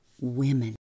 women